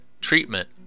treatment